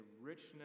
richness